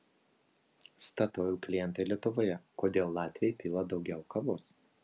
statoil klientai lietuvoje kodėl latviai pila daugiau kavos